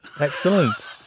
Excellent